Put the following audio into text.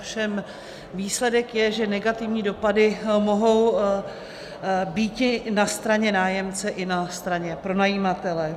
Ovšem výsledek je, že negativní dopady mohou býti na straně nájemce i na straně pronajímatele.